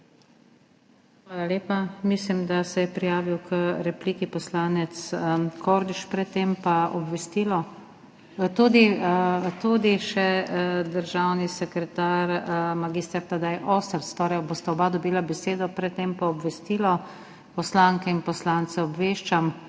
Hvala lepa. Mislim, da se je prijavil k repliki poslanec Kordiš, tudi državni sekretar mag. Tadej Ostrc, torej bosta oba dobila besedo. Pred tem pa obvestilo. Poslanke in poslance obveščam,